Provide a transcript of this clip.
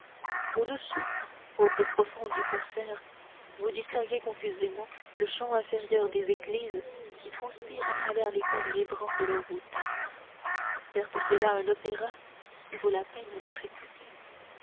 au-dessous au plus profond du concert vous distinguez confusément le chant intérieur des églises qui transpire à travers les pores vibrants de leurs voûtes certes c'est là un opéra qui vaut la peine d'être écouté